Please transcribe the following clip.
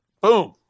Boom